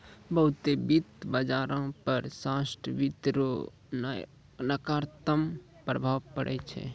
बहुते वित्त बाजारो पर शार्ट वित्त रो नकारात्मक प्रभाव पड़ै छै